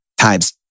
times